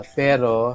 pero